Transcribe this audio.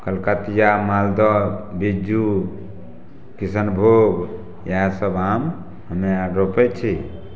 कलकतिआ मालदह बिज्जू किशनभोग इएहसब आम हमे आर रोपै छी